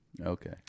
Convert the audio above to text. Okay